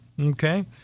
Okay